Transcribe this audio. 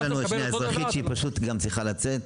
יש לנו שניה אזרחית שהיא פשוט צריכה לצאת